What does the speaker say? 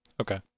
Okay